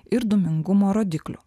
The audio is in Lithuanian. ir dūmingumo rodiklių